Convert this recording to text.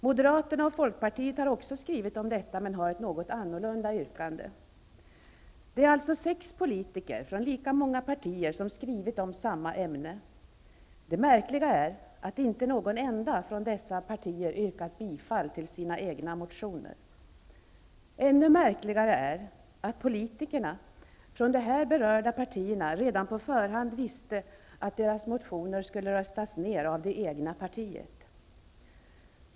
Moderaterna och Folkpartiet har också skrivit om detta, men de har ett något annorlunda yrkande. Det är alltså sex politiker från lika många partier som har skrivit om samma ämne. Det märkliga är att inte någon enda ledamot från dessa partier biträtt sina egna motioner. Ännu märkligare är det att politikerna från de här berörda partierna redan på förhand visste att deras motioner skulle röstas ned av det egna paritet.